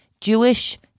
Jewish